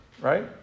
right